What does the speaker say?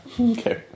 Okay